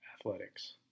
athletics